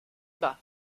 bas